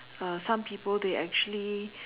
uh some people they actually